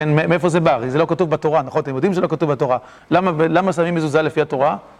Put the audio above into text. מאיפה זה בא? כי זה לא כתוב בתורה, נכון? אתם יודעים שזה לא כתוב בתורה. למה שמים מזוזה לפי התורה?